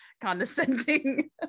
condescending